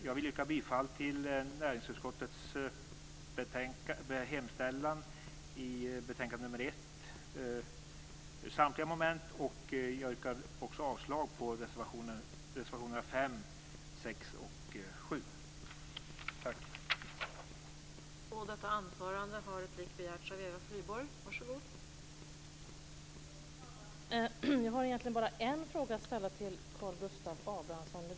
Jag vill yrka bifall till näringsutskottets hemställan i betänkande 1, samtliga moment, och jag yrkar avslag på reservationerna 5, 6 och 7.